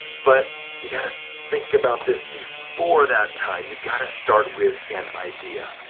but you gotta think about this before that time, you've gotta start with an idea.